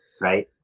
right